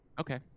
Okay